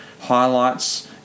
highlights